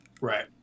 Right